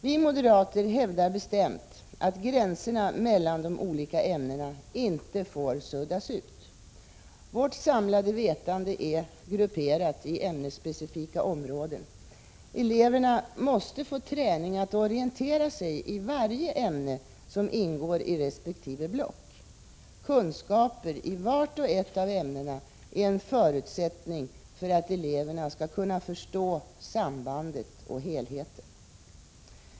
Vi moderater hävdar bestämt att gränserna mellan de olika ämnena inom de olika blocken inte får suddas ut. Vårt samlade vetande är grupperat i ämnesspecifika områden. Eleverna måste få träning att orientera sig i varje ämne som ingår i resp. block. Kunskaper i vart och ett av ämnena är en förutsättning för att eleverna skall kunna förstå sambandet och helheten.